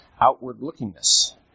outward-lookingness